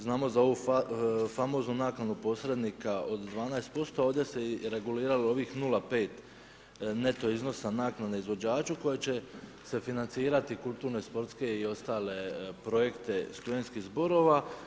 Znamo za ovu famoznu naknadu posrednika od 12%, a ovdje se reguliralo i ovih 0,5 neto iznosa naknade izvođaču koje će se financirati kulturne, sportske i ostale projekte studentskih zborova.